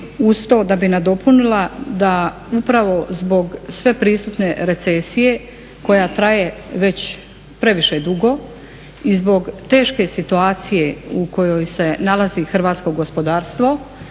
Uz to da bih nadopunila da upravo zbog sve prisutne recesije koja traje već previše dugo i zbog teške situacije u kojoj se nalazi hrvatsko gospodarstvo